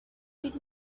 did